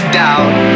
doubt